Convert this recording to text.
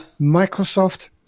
Microsoft